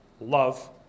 love